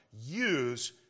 use